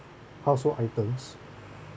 household items